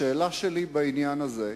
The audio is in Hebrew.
השאלה שלי בעניין הזה,